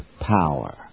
power